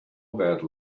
about